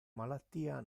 malattia